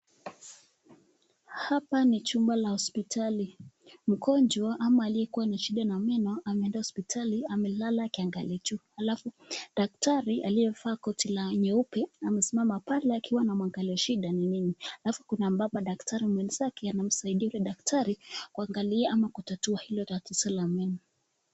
Hapa ni chumba la hospitali, mgonjwa ama aliyekuwa na shida ya meno ameenda hospitali amelala akiangalia juu. Halafu daktari aliyevaa koti la nyeupe amesimama pale akiwa anamuangalia shida ni nini? Halafu kuna baba daktari anasaidia daktari kuangalia ama kutatua hilo tatizo la meno.